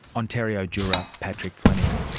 ontario juror patrick fleming.